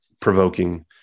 provoking